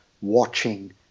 watching